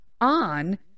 on